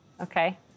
Okay